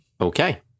Okay